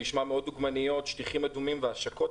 שטיחים אדומים והשקות,